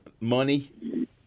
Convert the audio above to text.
money